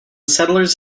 settlers